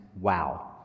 Wow